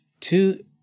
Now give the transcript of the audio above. Two